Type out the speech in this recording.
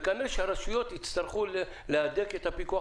וכנראה שהרשויות יצטרכו להדק את הפיקוח